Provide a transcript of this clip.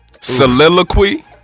Soliloquy